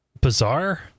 bizarre